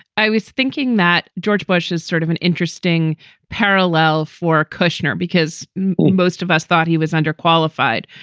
i was thinking that george bush is sort of an interesting parallel for kushner because most of us thought he was underqualified.